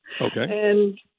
Okay